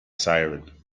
siren